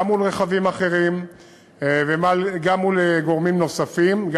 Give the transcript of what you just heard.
גם מול רכבים אחרים וגם מול גורמים נוספים,